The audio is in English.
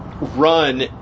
run